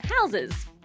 houses